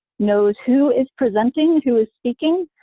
knows who is presenting, who is speaking.